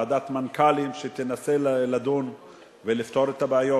ועדת מנכ"לים שתנסה לדון ולפתור את הבעיות.